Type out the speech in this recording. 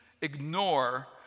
ignore